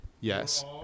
Yes